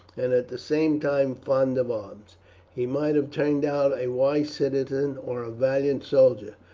and at the same time fond of arms he might have turned out a wise citizen or a valiant soldier.